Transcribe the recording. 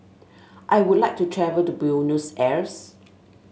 I would like to travel to Buenos Aires